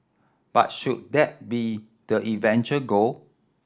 but should that be the eventual goal